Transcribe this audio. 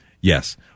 yes